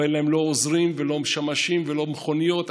לא היו להם עוזרים ולא שמשים ולא מכוניות.